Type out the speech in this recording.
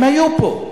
הם היו פה,